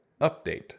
update